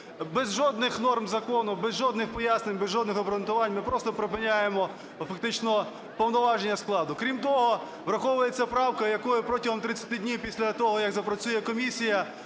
Без жодних норм закону, без жодних пояснень, без жодних обґрунтувань ми просто припиняємо фактично повноваження складу. Крім того, враховується правка, якою протягом 30 днів після того, як запрацює комісія,